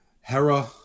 Hera